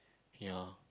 ya